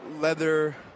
leather